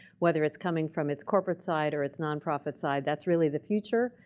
whether it's coming from its corporate side or its nonprofit side, that's really the future.